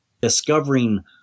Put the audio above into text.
Discovering